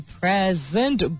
present